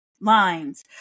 lines